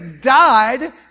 died